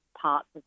parts